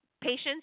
patients